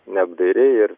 neapdairiai ir